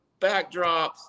backdrops